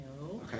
no